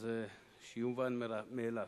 אז שיובן מאליו.